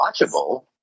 watchable